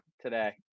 today